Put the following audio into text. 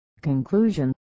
Conclusion